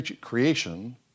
creation